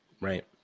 right